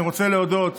אני רוצה להודות